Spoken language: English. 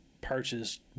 purchased